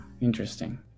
interesting